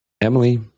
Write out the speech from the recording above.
Emily